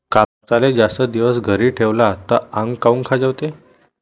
कापसाले जास्त दिवस घरी ठेवला त आंग काऊन खाजवते?